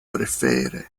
prefere